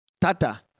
tata